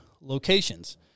locations